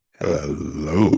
Hello